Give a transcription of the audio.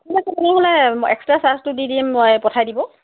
ঠিক আছে তেনেহ'লে এক্সট্ৰা চাৰ্জটো দি দিম মইয়ে পঠাই দিব